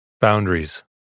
Boundaries